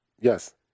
Yes